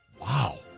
Wow